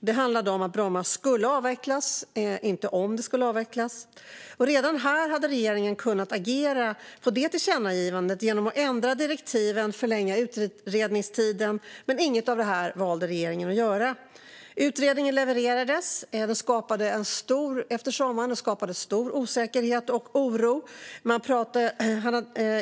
Det handlade om att Bromma skulle avvecklas, inte om det skulle avvecklas. Redan här hade regeringen kunnat agera på det tillkännagivandet genom att ändra direktiven eller förlänga utredningstiden, men inget av det valde regeringen att göra. Utredningen levererades efter sommaren. Den skapade stor osäkerhet och oro.